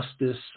justice